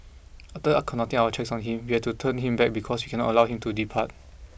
after conducting our checks on him we have to turn him back because we cannot allow him to depart